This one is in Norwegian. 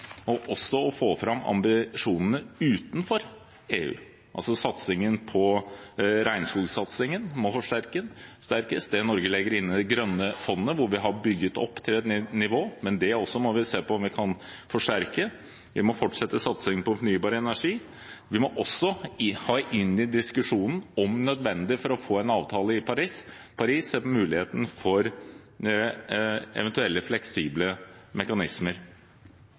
nemlig også bli reduksjonen. Men da er det en utfordring for statsråden fram mot FN å få fram ambisjonene utenfor EU. Regnskogsatsingen må forsterkes. Det Norge legger inn i det grønne fondet, som vi har bygget opp til et nivå, må vi også se på om vi kan forsterke. Vi må fortsette satsingen på fornybar energi. Vi må også om nødvendig ha inn i diskusjonen, for å få en avtale i Paris, at vi ser på muligheten for eventuelle fleksible mekanismer.